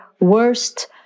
worst